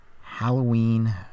Halloween